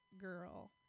girl